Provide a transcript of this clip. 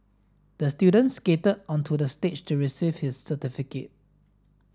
the student skated onto the stage to receive his certificate